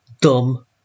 dumb